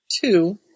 two